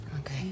Okay